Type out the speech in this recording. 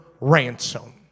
ransom